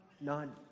none